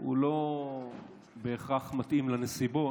לא בהכרח מתאים לנסיבות.